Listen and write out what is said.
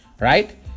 Right